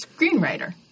screenwriter